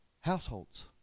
households